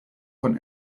von